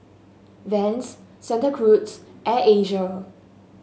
Vans Santa Cruz Air Asia